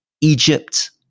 Egypt